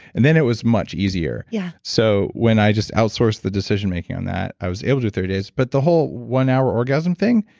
and then it was much easier. yeah. so when i just outsourced the decision making on that, i was able to do thirty days. but the whole one hour orgasm thing,